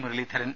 Muraleedharan